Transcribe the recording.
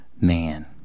man